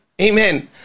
Amen